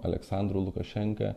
aleksandru lukašenka